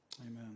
Amen